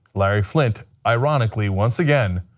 larry flynt ironically, once again,